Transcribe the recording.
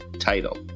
title